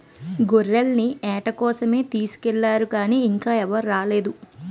గొర్రెల్ని ఏట కోసమే తీసుకెల్లారు గానీ ఇంకా ఎవరూ రాలేదు